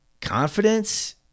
confidence